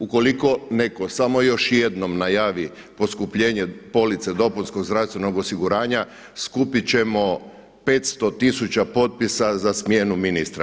Ukoliko neko samo još jednom najavi poskupljenje police dopunskog zdravstvenog osiguranja skupit ćemo 500 tisuća potpisa za smjenu ministra.